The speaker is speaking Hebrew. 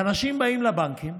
ואנשים באים לבנקים,